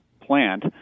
plant